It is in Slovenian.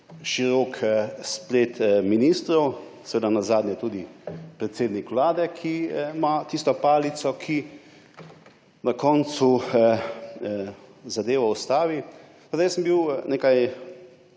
širok splet ministrov, seveda nenazadnje tudi predsednik vlade, ki ima tisto palico, ki na koncu zadevo ustavi. Jaz sem bil nekaj